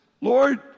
Lord